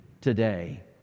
today